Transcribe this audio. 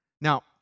Now